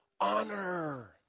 honor